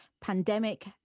pandemic